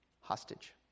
hostage